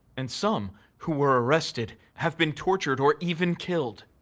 and some who were arrested have been tortured or even killed.